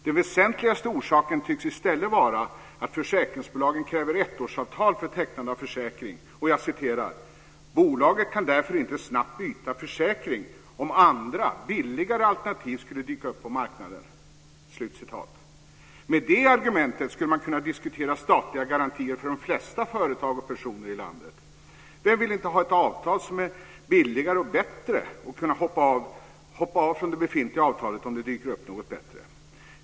Den väsentligaste orsaken tycks i stället vara att försäkringsbolagen kräver ettårsavtal för tecknande av försäkring: "Bolaget kan därför inte snabbt byta försäkring om andra, billigare alternativ skulle dyka upp på marknaden". Med det argumentet skulle man kunna diskutera statliga garantier för de flesta företag och personer i landet. Vem vill inte ha ett avtal som är billigare och bättre och kunna hoppa av från det befintliga avtalet om det dyker upp något bättre?